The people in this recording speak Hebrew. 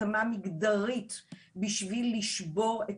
התאמה מגדרית בשביל לשבור את